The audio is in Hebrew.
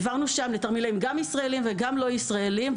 העברנו שם לתרמילאים ישראלים וגם לא ישראלים,